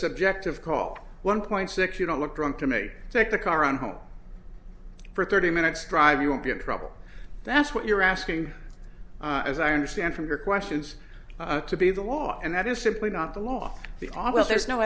subjective call one point six you don't look drunk to may take the car on home for thirty minutes drive you won't be in trouble that's what you're asking as i understand from your questions to be the law and that is simply not the law the obvious there's no